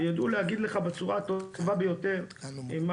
הם ידעו להגיד לך בצורה הטובה ביותר מה